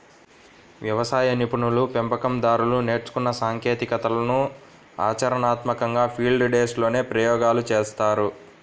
వ్యవసాయ నిపుణులు, పెంపకం దారులు నేర్చుకున్న సాంకేతికతలను ఆచరణాత్మకంగా ఫీల్డ్ డేస్ లోనే ప్రయోగాలు చేస్తారు